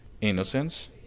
innocence